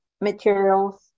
materials